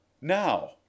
Now